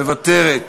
מוותרת,